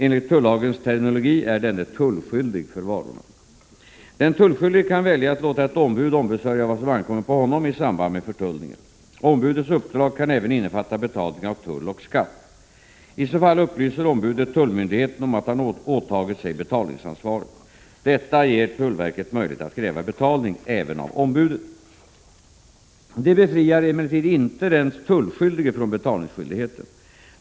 Enligt tullagens terminologi är denne tullskyldig för varorna. Den tullskyldige kan välja att låta ett ombud ombesörja vad som ankommer på honom i samband med förtullningen. Ombudets uppdrag kan även innefatta betalning av tull och skatt. I så fall upplyser ombudet tullmyndigheten om att han åtagit sig betalningsansvaret. Detta ger tullverket möjlighet att kräva betalning även av ombudet. Det befriar emellertid inte den tullskyldige från betalningsskyldigheten.